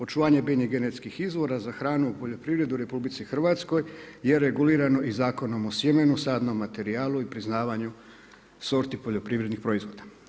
Očuvanje biljnih genetskih izvora za hranu u poljoprivredi u RH je regulirano Zakonom o sjemenu, sadnom materijalu i priznavanju sorti poljoprivrednih proizvoda.